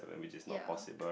ya